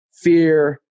fear